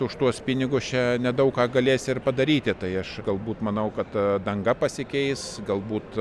už tuos pinigus čia nedaug ką galės ir padaryti tai aš galbūt manau kad danga pasikeis galbūt